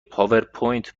پاورپوینت